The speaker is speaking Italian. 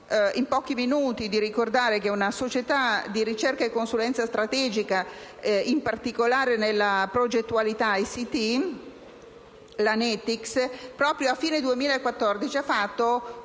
in pochi minuti, di ricordare che una società di ricerca e consulenza strategica (in particolare nella progettualità ICT), la Netics, proprio a fine 2014 ha svolto